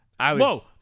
Whoa